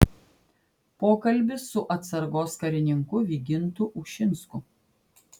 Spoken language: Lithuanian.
pokalbis su atsargos karininku vygintu ušinsku